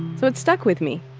so it stuck with me.